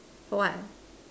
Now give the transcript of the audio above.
for what